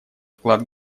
вклад